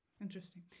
Interesting